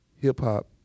hip-hop